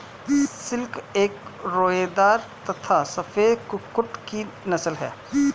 silkie एक रोएदार तथा सफेद कुक्कुट की नस्ल है